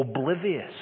oblivious